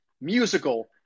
musical